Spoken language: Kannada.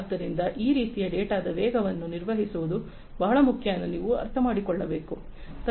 ಆದ್ದರಿಂದ ಈ ರೀತಿಯ ಡೇಟಾದ ವೇಗವನ್ನು ನಿರ್ವಹಿಸುವುದು ಬಹಳ ಮುಖ್ಯ ಎಂದು ನೀವು ಅರ್ಥಮಾಡಿಕೊಳ್ಳಬಹುದು